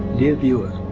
dear viewer,